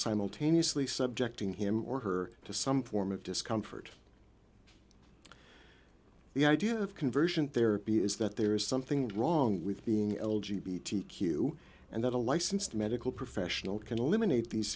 simultaneously subjecting him or her to some form of discomfort the idea of conversion therapy is that there is something wrong with being l g b t q and that a licensed medical professional can eliminate these